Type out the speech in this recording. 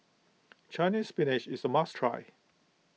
Chinese Spinach is a must try